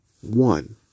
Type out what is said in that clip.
One